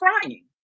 crying